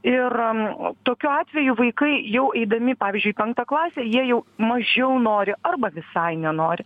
ir tokiu atveju vaikai jau eidami pavyzdžiui į penktą klasę jie jau mažiau nori arba visai nenori